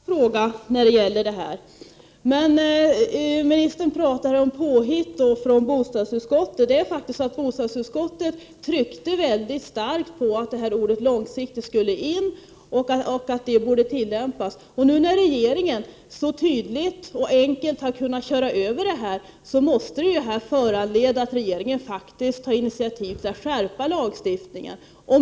Herr talman! Vad man hade kunnat göra i stället tänker jag inte beröra nu, för det kommer i nästa fråga när det gäller detta. Ministern pratar om påhitt från bostadsutskottet. Bostadsutskottet tryckte faktiskt väldigt starkt på att ordet ”långsiktigt” skulle in och att detta borde tillämpas. Nu när regeringen så tydligt och enkelt kunnat köra över detta, måste det föranleda att regeringen faktiskt tar initiativ till att skärpa lagstiftningen.